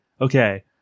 Okay